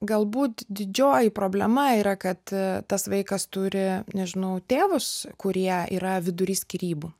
galbūt didžioji problema yra kad tas vaikas turi nežinau tėvus kurie yra vidury skyrybų